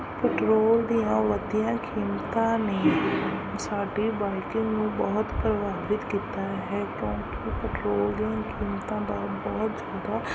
petrol ਦੀਆਂ ਵਧਦੀਆਂ ਕੀਮਤਾਂ ਨੇ ਸਾਡੀ ਬਾਈਕਿੰਗ ਨੂੰ ਬਹੁਤ ਪ੍ਰਭਾਵਿਤ ਕੀਤਾ ਹੈ ਕਿਉਂਕਿ ਪੈਟ੍ਰੋਲ ਦੀਆਂ ਕੀਮਤਾਂ ਦਾ ਬਹੁਤ ਜ਼ਿਆਦਾ